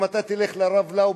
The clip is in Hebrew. אם אתה תלך לרב לאו,